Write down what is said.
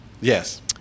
Yes